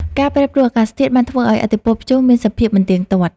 ការប្រែប្រួលអាកាសធាតុបានធ្វើឱ្យឥទ្ធិពលព្យុះមានសភាពមិនទៀងទាត់។